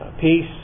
peace